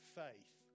faith